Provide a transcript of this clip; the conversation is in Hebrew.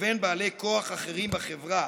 לבין בעלי כוח אחרים בחברה,